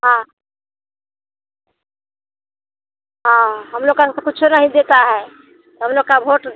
हाँ हाँ हम लोग का तो कुछ नहीं देता है तो हम लोग का व्होट